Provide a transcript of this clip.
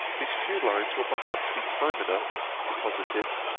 these few lines will perhaps be time enough deposited,